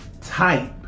type